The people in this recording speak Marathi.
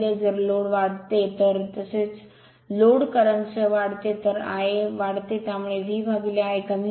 जर लोड वाढते तसेच लोड करंटसह वाढते तर Ia वाढते त्यामुळे VIa कमी होते